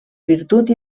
virtut